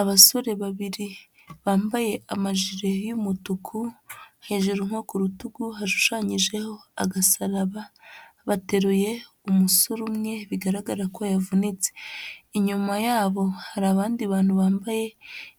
Abasore babiri bambaye amajire y'umutuku, hejuru nko ku rutugu hashushanyijeho agasaraba, bateruye umusore umwe bigaragara ko yavunitse. Inyuma yabo hari abandi bantu bambaye